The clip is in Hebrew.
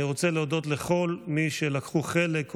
אני רוצה להודות לכל מי שלקחו חלק,